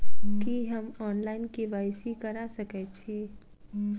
की हम online, KYC करा सकैत छी?